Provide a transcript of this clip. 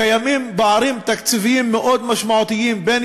קיימים פערים תקציביים מאוד משמעותיים בין